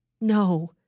No